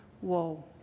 Whoa